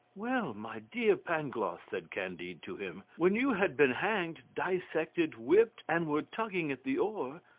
well, my dear pangloss, said candide to him, when you had been hanged, dissected, whipped, and were tugging at the oar,